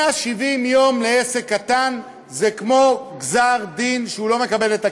170 יום לעסק קטן זה כמו גזר-דין שהוא לא מקבל את הכסף.